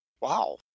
Wow